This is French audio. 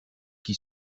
qui